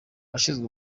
abashinzwe